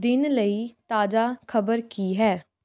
ਦਿਨ ਲਈ ਤਾਜ਼ੀ ਖਬਰ ਕੀ ਹੈ